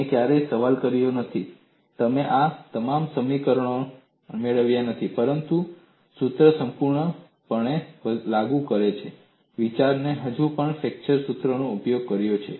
તમે ક્યારેય સવાલ કર્યો નથી તમે આ માટે તમારા સમીકરણો મેળવ્યા નથી પરંતુ સૂત્ર સંપૂર્ણપણે લાગુ પડે છે તે વિચારીને તમે હજુ પણ ફ્લેક્ચર સૂત્રનો ઉપયોગ કર્યો છે